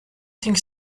think